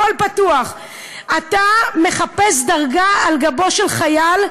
הכול פתוח: אתה מחפש דרגה על גבו של חייל.